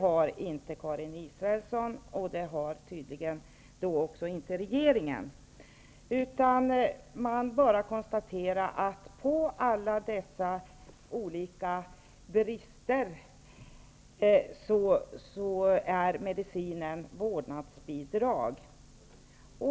Man konstaterar bara att medicinen för alla dessa olika brister är vårdnadsbidrag.